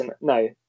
no